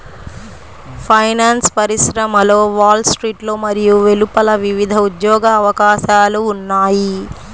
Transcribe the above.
finance పరిశ్రమలో Wall స్ట్రీట్లో మరియు వెలుపల వివిధ ఉద్యోగ అవకాశాలు ఉన్నాయి